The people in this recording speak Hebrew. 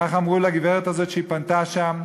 ככה אמרו לגברת הזאת כשהיא פנתה לשם.